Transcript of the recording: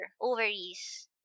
ovaries